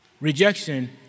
Rejection